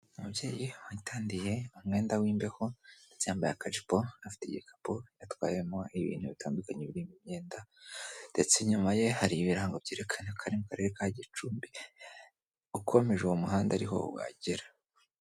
Umubyeyi witandiye umwenda w'imbeho ndetse yambaye akajipo, afite igikapu yatwayemo ibintu bitandukanye, birimo imyenda ndetse inyuma ye hari ibirango byerekana ko ari mu karere ka Gicumbi, ukomeje uwo muhanda ariho wagera.